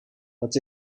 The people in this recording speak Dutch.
dat